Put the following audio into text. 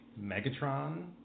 Megatron